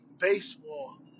Baseball